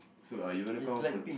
so are you gonna count